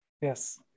Yes